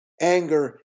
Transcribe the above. anger